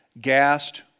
gassed